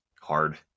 hard